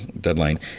Deadline